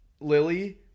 Lily